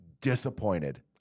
disappointed